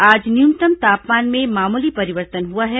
आज न्यूनतम तापमान में मामूली परिवर्तन हुआ है